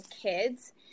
kids